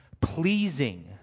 pleasing